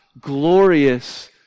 glorious